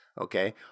Okay